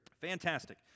fantastic